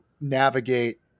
navigate